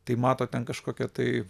tai mato ten kažkokią tai